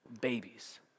Babies